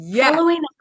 Following